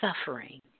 suffering